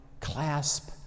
clasp